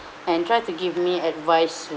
and try to give me advice